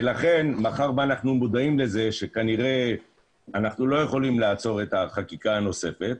מאחר ואנחנו מודעים לזה שכנראה אנחנו לא יכולים לעצור את החקיקה הנוספת,